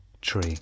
tree